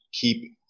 keep